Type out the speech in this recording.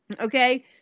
Okay